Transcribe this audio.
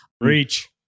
Reach